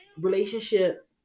relationship